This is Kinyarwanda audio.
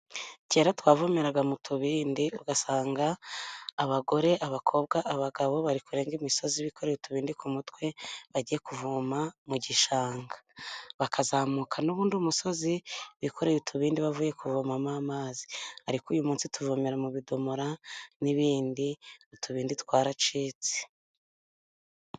Kera twavomeraga mu tubindi ,ugasanga abagore, abakobwa, abagabo bari kurenga imisozi bikoreye utubindi ku mutwe bagiye kuvoma mu gishanga ,bakazamuka n'ubundi umusozi bikoreye utubindi bavuye kuvomamo amazi, ariko uyu munsi tuvomera mu bidomora n'ibindi, utubindi twaracitse.